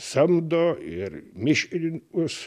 samdo ir miškininkus